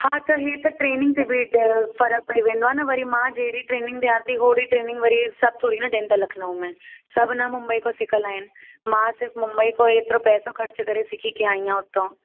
हा त हे त ट्रेनिंग ते बि त फ़र्कु पयी वेंदो आहे न वरी मां जहिड़ी ट्रेनिंग ॾियां थी ओहिड़ी ट्रेनिंग वरी सभु थोरी न ॾियनि था लखनऊ में सभु न मुंबई खां सिखल आहिनि मां सिर्फ़ मुंबई खां एतिरो पैसो ख़र्चु करे सिखी के आयी आहियां हुतों